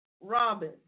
Robin